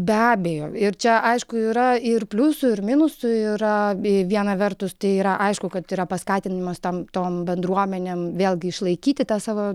be abejo ir čia aišku yra ir pliusų ir minusų yra bei viena vertus tai yra aišku kad yra paskatinimas tam tom bendruomenėm vėlgi išlaikyti tą savo